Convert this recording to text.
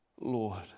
lord